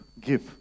give